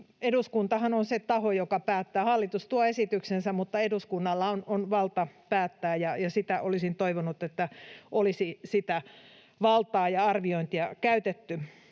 eduskuntahan on se taho, joka päättää. Hallitus tuo esityksensä, mutta eduskunnalla on valta päättää, ja olisin toivonut, että olisi sitä valtaa ja arviointia käytetty.